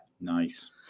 Nice